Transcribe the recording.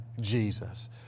Jesus